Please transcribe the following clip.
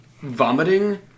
vomiting